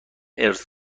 ارث